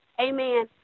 Amen